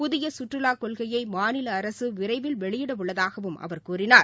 புதியசுற்றுவாக் கொள்கையைமாநிலஅரசுவிரைவில் வெளியிடஉள்ளதாகவும் அவர் கூறினார்